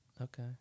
Okay